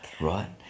right